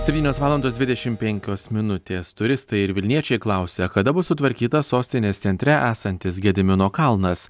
septynios valandos dvidešim penkios minutės turistai ir vilniečiai klausia kada bus sutvarkytas sostinės centre esantis gedimino kalnas